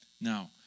Now